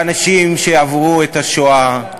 באנשים שעברו את השואה.